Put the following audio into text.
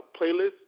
playlist